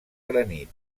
granit